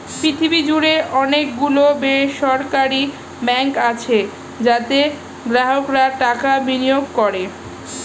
পৃথিবী জুড়ে অনেক গুলো বেসরকারি ব্যাঙ্ক আছে যাতে গ্রাহকরা টাকা বিনিয়োগ করে